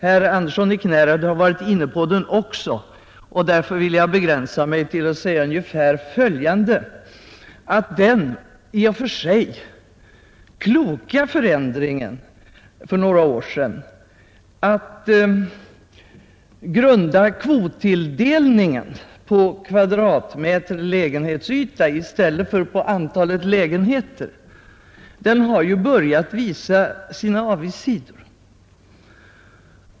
Herr Andersson i Knäred har varit inne på detta också och jag skall därför begränsa mig till att säga följande: Den i och för sig kloka förändring som vidtogs för några år sedan, nämligen att man grundar kvottilldelningen på kvadratmeter lägenhetsyta i stället för på antalet lägenheter, har börjat visa sina avigsidor.